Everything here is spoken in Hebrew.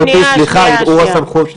סליחה על ערעור הסמכות.